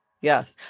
Yes